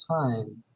time